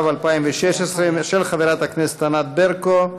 התשע"ו 2016, של חברת הכנסת ענת ברקו.